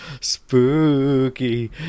Spooky